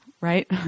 Right